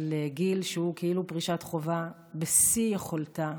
לגיל שהוא כאילו פרישת חובה בשיא יכולתה,